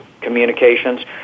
communications